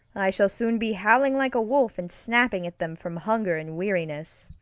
i shall soon be howling like a wolf and snapping at them from hunger and weariness.